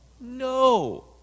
No